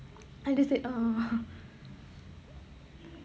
I just said oh